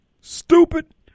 Stupid